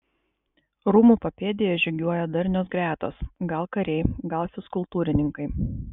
rūmų papėdėje žygiuoja darnios gretos gal kariai gal fizkultūrininkai